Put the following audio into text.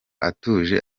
atuje